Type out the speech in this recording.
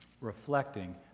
reflecting